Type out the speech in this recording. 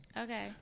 Okay